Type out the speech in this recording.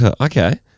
Okay